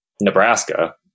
Nebraska